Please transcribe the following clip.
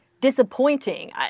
disappointing